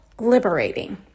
liberating